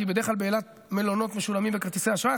כי בדרך כלל באילת מלונות משולמים בכרטיסי אשראי.